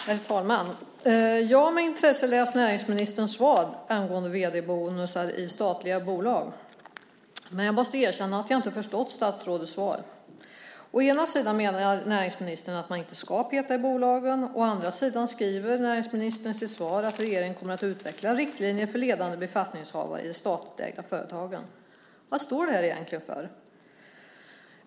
Herr talman! Jag har med intresse läst näringsministerns svar angående vd-bonusar i statliga bolag. Men jag måste erkänna att jag inte har förstått statsrådets svar. Å ena sidan menar näringsministern att man inte ska peta i bolagen. Å andra sidan skriver näringsministern i sitt svar att regeringen kommer att utveckla riktlinjer för ledande befattningshavare i de statligt ägda företagen. Vad står det här egentligen för?